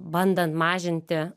bandant mažinti